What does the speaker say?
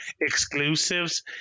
exclusives